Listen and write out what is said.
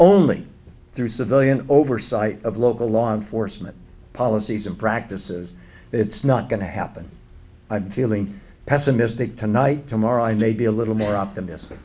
only through civilian oversight of local law enforcement policies and practices it's not going to happen i'm feeling pessimistic tonight tomorrow i may be a little more optimist